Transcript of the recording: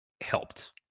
helped